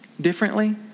differently